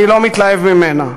אני לא מתלהב ממנה.